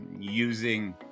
Using